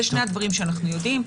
אלה שני הדברים שאנחנו יודעים.